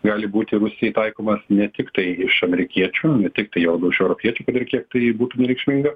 gali būti rusijai taikomas ne tiktai iš amerikiečių ne tiktai juo labiau iš europiečių kad ir kiek tai būtų nereikšminga